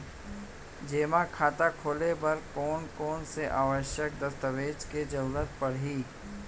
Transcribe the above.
जेमा खाता खोले बर कोन कोन से आवश्यक दस्तावेज के जरूरत परही?